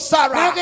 Sarah